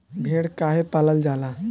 भेड़ काहे पालल जाला?